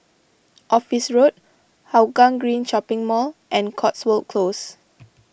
Office Road Hougang Green Shopping Mall and Cotswold Close